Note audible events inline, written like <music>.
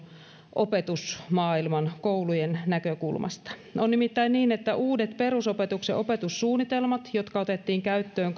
opetusmaailman koulujen näkökulmasta on nimittäin niin että uusissa perusopetuksen opetussuunnitelmissa jotka otettiin käyttöön <unintelligible>